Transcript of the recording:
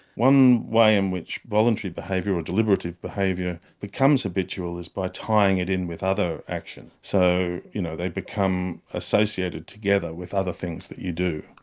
one way in which voluntary behaviour or deliberative behaviour becomes habitual is by tying it in with other action. so you know they become associated together with other things that you do,